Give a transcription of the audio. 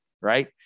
right